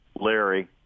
Larry